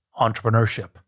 entrepreneurship